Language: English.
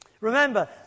Remember